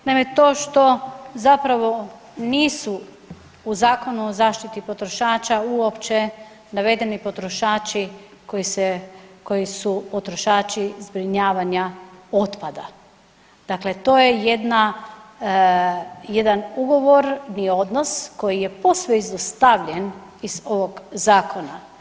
Naime, to što zapravo nisu u Zakonu o zaštiti potrošača uopće navedeni potrošači koji su potrošači zbrinjavanja otpada, dakle to je jedan ugovorni odnos koji je posve izostavljen iz ovog zakona.